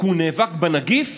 כי הוא נאבק בנגיף